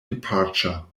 departure